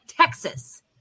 Texas